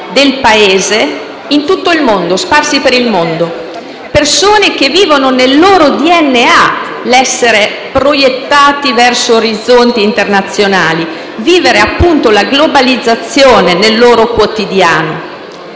del Paese sparse per il mondo, persone che vivono nel loro DNA l'essere proiettate verso orizzonti internazionali e che vivono la globalizzazione nel loro quotidiano.